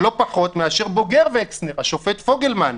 לא פחות, מאשר בוגר וקסנר השופט פוגלמן.